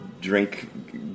drink